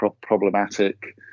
problematic